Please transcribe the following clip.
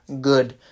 good